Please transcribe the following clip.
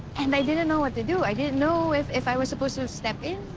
and i didn't know what to do. i didn't know if if i was supposed to step in.